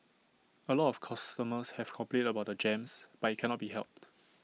A lot of customers have complained about the jams but IT cannot be helped